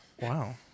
Wow